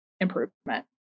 improvement